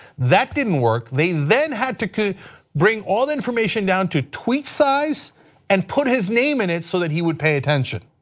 that didn't work. they then had to bring all the information down to tweet size and put his name in it so he would pay attention.